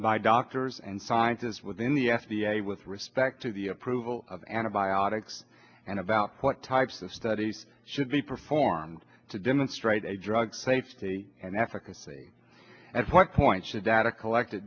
by doctors and scientists within the f d a with respect to the approval of antibiotics and about what types of studies should be performed to demonstrate a drug safety and efficacy at what point should data collected